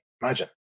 Imagine